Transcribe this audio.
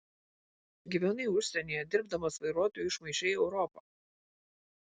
gyvenai užsienyje dirbdamas vairuotoju išmaišei europą